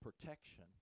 protection